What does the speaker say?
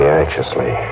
anxiously